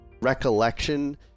recollection